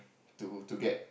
to to get